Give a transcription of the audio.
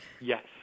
Yes